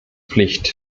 pflicht